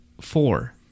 Four